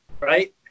right